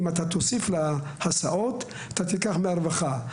אם תוסיף להסעות תקח מהרווחה,